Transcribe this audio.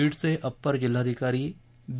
बीडचे अप्पर जिल्हाधिकारी बी